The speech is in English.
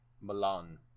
Milan